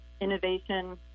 innovation